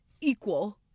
equal